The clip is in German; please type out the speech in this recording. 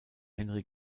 henry